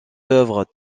œuvres